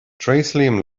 tréaslaím